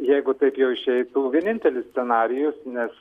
jeigu taip jau išeitų vienintelis scenarijus nes